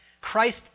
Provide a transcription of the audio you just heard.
Christ